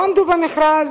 לא עמדו במכרז,